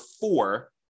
four